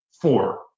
four